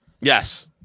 yes